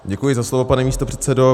Děkuji za slovo, pane místopředsedo.